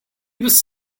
was